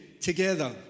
together